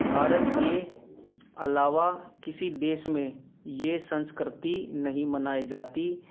भारत के अलावा किसी देश में ये संस्कृति नहीं मनाई जाती